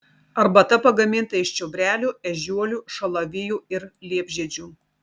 arbata pagaminta iš čiobrelių ežiuolių šalavijų ir liepžiedžių